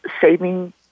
saving